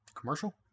Commercial